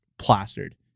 Plastered